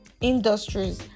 industries